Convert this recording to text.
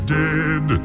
dead